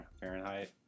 Fahrenheit